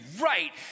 right